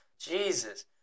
Jesus